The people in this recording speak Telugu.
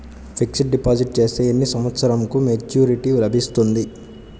ఫిక్స్డ్ డిపాజిట్ చేస్తే ఎన్ని సంవత్సరంకు మెచూరిటీ లభిస్తుంది?